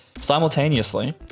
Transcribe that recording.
simultaneously